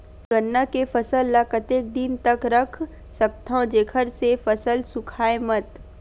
गन्ना के फसल ल कतेक दिन तक रख सकथव जेखर से फसल सूखाय मत?